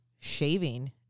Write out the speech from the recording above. shaving